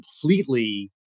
completely